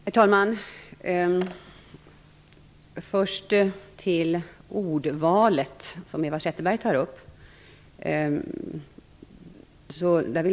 Herr talman! Först skall jag ta upp ordvalet, som Eva Zetterberg tar upp.